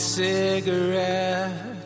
cigarette